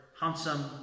handsome